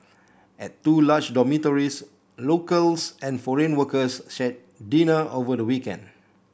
at two large dormitories locals and foreign workers shared dinner over the weekend